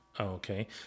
Okay